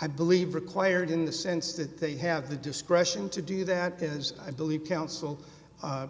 i believe required in the sense that they have the discretion to do that is i believe council